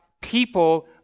people